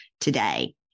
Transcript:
today